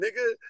nigga